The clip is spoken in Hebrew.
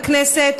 בכנסת,